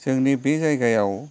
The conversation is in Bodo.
जोंनि बे जायगायाव